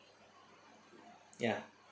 ya